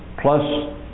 plus